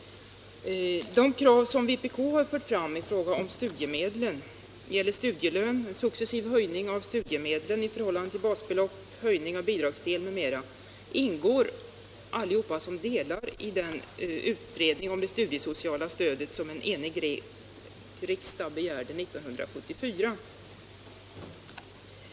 De krav som vpk har fört fram i fråga om studiemedlen — det gäller studielön, successiv höjning av studiemedlen i förhållande till basbeloppet, höjning av bidragsdelen m.m. — ingår alltihop som delar i den utredning om det studiesociala stödet som en enig riksdag begärde 1974.